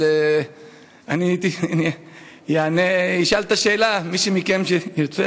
אבל אני אשאל את השאלה ומי מכם שירצה